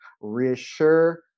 reassure